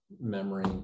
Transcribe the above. memory